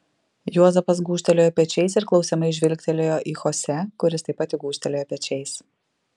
juozapas gūžtelėjo pečiais ir klausiamai žvilgtelėjo į chose kuris taip pat tik gūžtelėjo pečiais